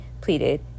pleaded